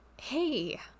hey